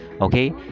okay